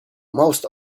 most